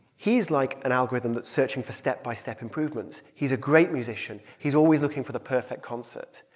he's like an algorithm that searching for step-by-step improvements. he's a great musician. he's always looking for the perfect concert.